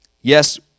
yes